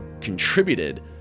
contributed